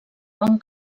bon